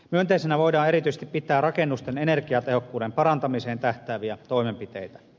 myönteisenä voidaan erityisesti pitää rakennusten energiatehokkuuden parantamiseen tähtääviä toimenpiteitä